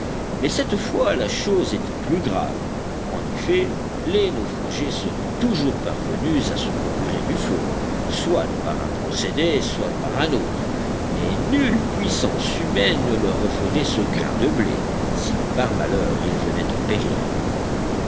mais cette fois la chose était plus grave en effet les naufragés seraient toujours parvenus à se procurer du feu soit par un procédé soit par un autre mais nulle puissance humaine ne leur referait ce grain de blé si par malheur il venait à périr